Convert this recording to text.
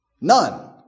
None